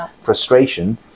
frustration